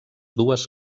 dues